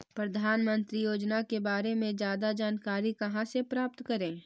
प्रधानमंत्री योजना के बारे में जादा जानकारी कहा से प्राप्त करे?